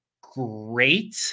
great